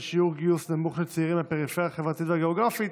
שיעור גיוס נמוך של צעירים מהפריפריה החברתית והגיאוגרפית